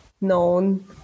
known